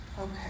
Okay